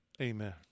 Amen